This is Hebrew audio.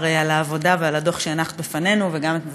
על העבודה ועל הדוח שהנחת לפנינו,